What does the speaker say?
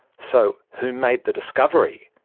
so, who made the discovery?